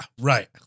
right